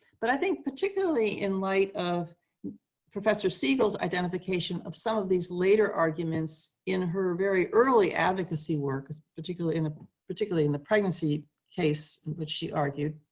but i think particularly in light of professor siegel's identification of some of these later arguments in her very early advocacy work, particularly in ah particularly in the pregnancy case which she argued,